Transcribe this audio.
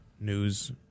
news